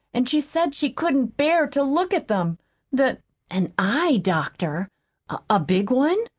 and she said she couldn't bear to look at them that an eye doctor a big one?